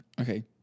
Okay